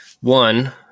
one